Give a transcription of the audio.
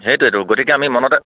সেইটোৱেইটো গতিকে আমি মনতে